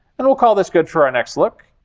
and we'll call this good for our next look.